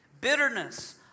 bitterness